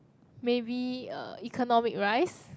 maybe uh economic rice